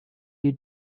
you